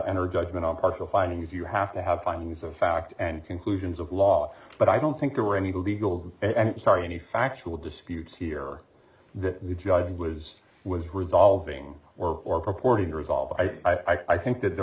enter judgment on partial findings you have to have findings of fact and conclusions of law but i don't think there were any legal and sorry any factual disputes here that the judge was was resolving or or purporting to resolve i think that there